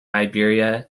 iberia